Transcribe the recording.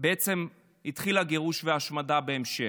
בעצם התחיל הגירוש, וההשמדה בהמשך.